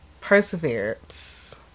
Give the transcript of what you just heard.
perseverance